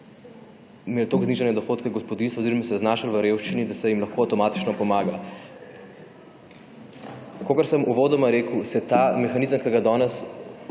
imeli tako znižane dohodke gospodinjstev oziroma se znašli v revščini, da se jim lahko avtomatično pomaga. Kakor sem uvodoma rekel, se ta mehanizem, ki ga danes